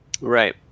Right